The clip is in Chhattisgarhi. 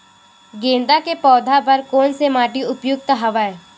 गेंदा के पौधा बर कोन से माटी उपयुक्त हवय?